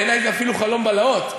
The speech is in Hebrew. בעיני זה אפילו חלום בלהות,